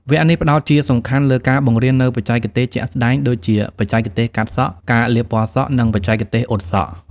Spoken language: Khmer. វគ្គនេះផ្តោតជាសំខាន់លើការបង្រៀននូវបច្ចេកទេសជាក់ស្តែងដូចជា បច្ចេកទេសកាត់សក់ ការលាបពណ៌សក់ និងបច្ចេកទេសអ៊ុតសក់។